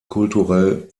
kulturell